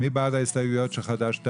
מי בעד ההסתייגויות של חד"ש-תע"ל?